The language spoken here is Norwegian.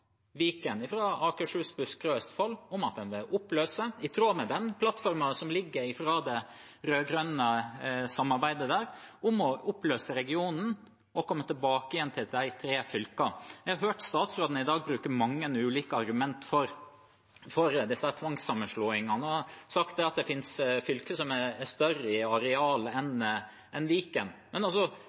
Viken, fra Akershus, Buskerud og Østfold, om at man vil oppløse regionen – i tråd med den plattformen som ligger fra det rød-grønne samarbeidet der – og komme tilbake til de tre fylkene. Jeg har hørt statsråden i dag bruke mange ulike argumenter for disse tvangssammenslåingene og si at det finnes fylker som er større i areal enn Viken. Men